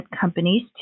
companies